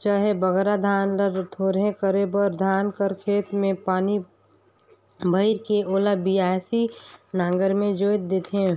चहे बगरा धान ल थोरहे करे बर धान कर खेत मे पानी भइर के ओला बियासी नांगर मे जोएत देथे